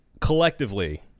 Collectively